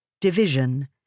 division